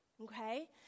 okay